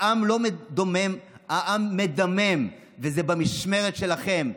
העם לא דומם, העם מדמם, וזה במשמרת שלכם.